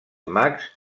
mags